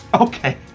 Okay